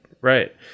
right